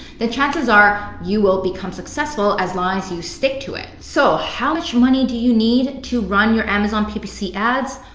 chances are you will become successful as long as you stick to it. so how much money do you need to run your amazon ppc ads?